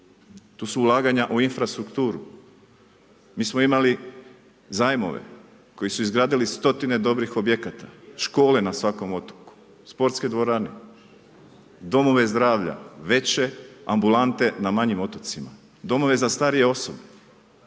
to su ulaganja u infrastrukturu. Mi smo imali zajmove koji su izgradili stotine dobrih objekata, škole na svakom otoku, sportske dvorane, domove zdravlja, veće ambulante na manjim otocima, domove za starije osobe,